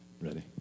Ready